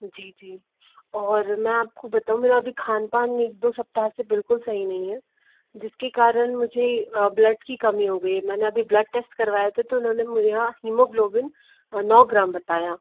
जी जी और मैं आपको बताऊँ मेरा अभी खान पान एक दो सप्ताह से बिल्कुल सही नहीं है जिसके कारण मुझे ब्लड की कमी हो गई है मैंने अभी मेरा ब्लड टेस्ट करवाए थे तो इन्होंने मेरा हीमोग्लोबिन नौ ग्राम बताया